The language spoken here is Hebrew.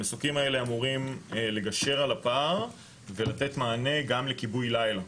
המסוקים האלה אמורים לגשר על הפער ולתת מענה גם לכיבוי לילה.